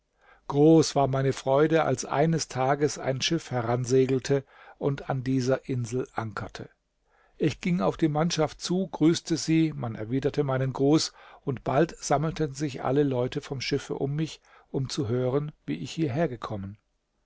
groß war meine freude als eines tages ein schiff heransegelte und an dieser insel ankerte ich ging auf die mannschaft zu grüßte sie man erwiderte meinen gruß und bald sammelten sich alle leute vom schiffe um mich um zu hören wie ich hierher gekommen